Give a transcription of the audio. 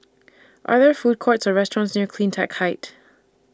Are There Food Courts Or restaurants near CleanTech Height